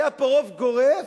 היה פה רוב גורף,